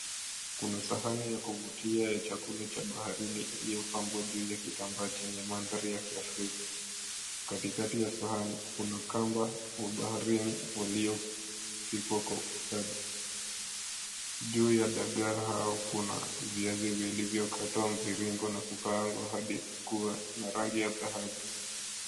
Kuna sahani ya kuvutia ya chakula cha baharini iliyopambwa juu ya kitambaa chenye mandhari ya kiafrika. Katikati ya sahani kuna kamba wa baharini waliopikwa kwa ustadi. Juu ya dagaa hao kuna viazi vilivyokatwa mviringo na kukaangwa hadi kuwa na rangi ya dhahabu.